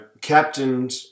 captained